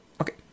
okay